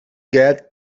get